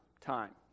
Time